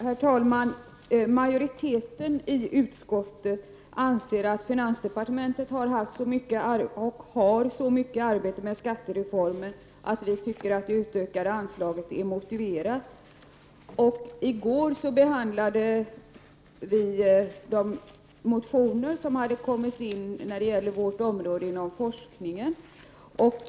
Herr talman! Majoriteten i utskottet anser att finansdepartementet har och har haft så mycket arbete med skattereformen att det utökade anslaget är motiverat. I går behandlade utskottet de motioner som berör vårt område och som har avgivits i anslutning till forskningspropositionen.